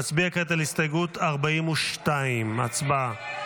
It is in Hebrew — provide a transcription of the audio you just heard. נצביע כעת על הסתייגות 42. הצבעה.